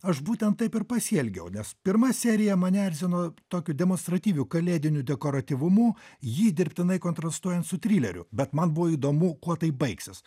aš būtent taip ir pasielgiau nes pirma serija mane erzino tokiu demonstratyviu kalėdiniu dekoratyvumu jį dirbtinai kontrastuojant su trileriu bet man buvo įdomu kuo tai baigsis